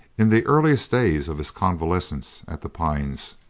in the earliest days of his convalescence at the pines.